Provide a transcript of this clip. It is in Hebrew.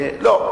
לא,